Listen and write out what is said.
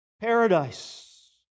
paradise